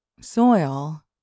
Soil